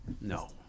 No